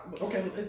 Okay